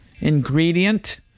ingredient